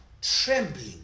trembling